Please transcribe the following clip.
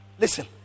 Listen